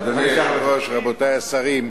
אדוני היושב-ראש, רבותי השרים,